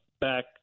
back